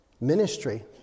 ministry